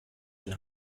den